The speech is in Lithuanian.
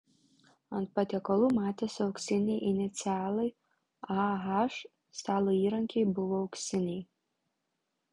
ant patiekalų matėsi auksiniai inicialai ah stalo įrankiai buvo auksiniai